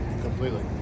Completely